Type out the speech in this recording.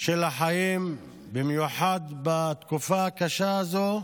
של החיים, במיוחד בתקופה הקשה הזאת,